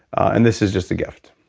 and this is just a gift.